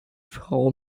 frau